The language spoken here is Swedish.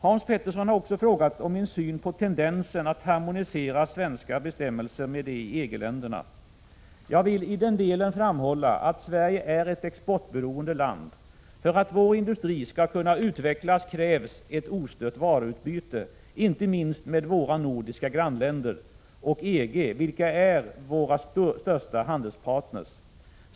Hans Petersson har också frågat om min syn på tendensen att harmonisera svenska bestämmelser med bestämmelserna i EG-länderna. Jag villi den delen framhålla att Sverige är ett exportberoende land. För att vår industri skall kunna utvecklas krävs ett ostört varuutbyte, inte minst med våra nordiska grannländer och EG, vilka är våra största handelspartners.